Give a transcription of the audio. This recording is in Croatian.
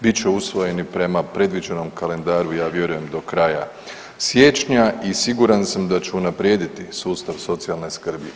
Bit će usvojeni prema predviđenom kalendaru ja vjerujem do kraja siječnja i siguran sam da će unaprijediti sustav socijalne skrbi.